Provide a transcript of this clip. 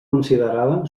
considerada